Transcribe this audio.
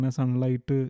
sunlight